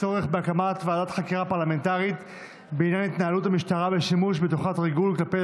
הצעת חוק לאיחוד קווי